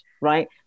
right